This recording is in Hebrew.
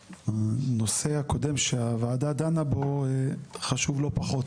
הנושא הקודם שהוועדה דנה בו חשוב לא פחות.